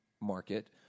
market